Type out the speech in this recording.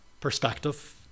perspective